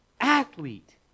athlete